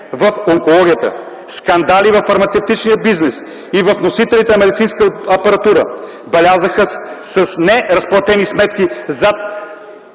в онкологията. Скандали във фармацевтичния бизнес и във вносителите на медицинска апаратура, белязаха с неразплатени сметки за